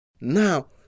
Now